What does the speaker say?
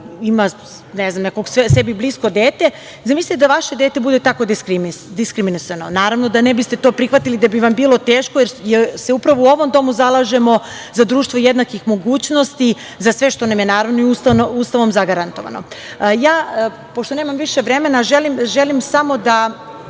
ima sebi blisko dete, zamislite da vaše dete bude tako diskriminisano. Naravno da to ne biste prihvatili, da bi vam bilo teško, jer se upravo u ovom domu zalažemo za društvo jednakih mogućnosti, za sve što nam je i Ustavom zagarantovano. Pošto nemam više vremena, samo želim